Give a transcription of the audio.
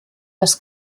dass